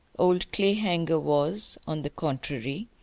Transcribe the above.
old clayhanger was, on the contrary,